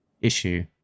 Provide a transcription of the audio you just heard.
issue